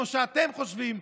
כמו שאתם חושבים,